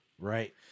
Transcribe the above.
Right